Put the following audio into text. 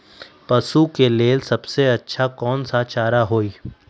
पशु के लेल सबसे अच्छा कौन सा चारा होई?